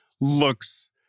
looks